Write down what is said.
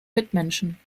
mitmenschen